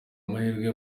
amahirwe